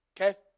Okay